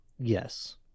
yes